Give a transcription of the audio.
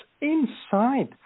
inside